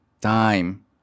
Time